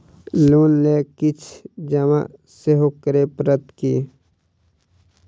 Loan लेल किछ जमा सेहो करै पड़त की?